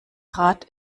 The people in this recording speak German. grad